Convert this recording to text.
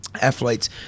athletes